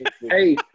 Hey